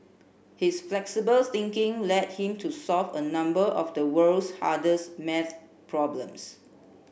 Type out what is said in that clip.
his flexible thinking led him to solve a number of the world's hardest math problems